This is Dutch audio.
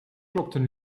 klopten